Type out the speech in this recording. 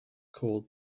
called